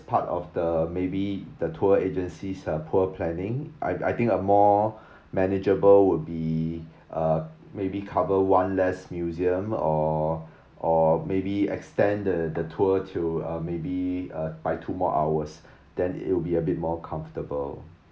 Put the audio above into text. part of the maybe the tour agencies are poor planning I I think a more manageable would be uh maybe cover one less museum or or maybe extend the the tour to uh maybe uh by two more hours then it will be a bit more comfortable